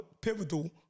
pivotal